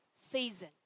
season